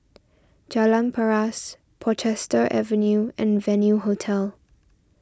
Jalan Paras Portchester Avenue and Venue Hotel